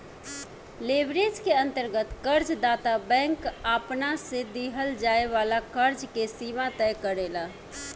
leverage के अंतर्गत कर्ज दाता बैंक आपना से दीहल जाए वाला कर्ज के सीमा तय करेला